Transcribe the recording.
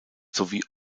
sowie